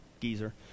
geezer